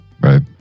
Right